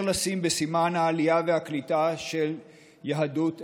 לשים בסימן העלייה והקליטה של יהדות אתיופיה.